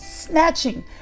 snatching